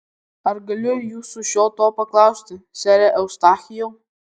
ar galiu jūsų šio to paklausti sere eustachijau